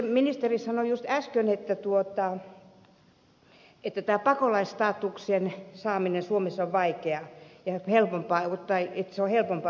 ministeri sanoi juuri äsken että pakolaisstatuksen saaminen suomessa on vaikeaa että se on helpompaa ulkomailla